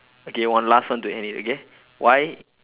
okay one last one to end it okay why